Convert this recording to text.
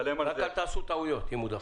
רק אל תעשו טעויות אם הוא דחוף.